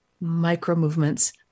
micro-movements